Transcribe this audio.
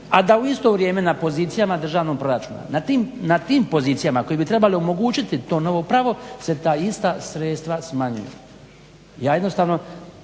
a da u isto vrijeme na pozicijama državnog proračuna, na tim pozicijama koje bi trebale omogućiti to novo pravo se ta ista sredstva smanjuju. Ja jednostavno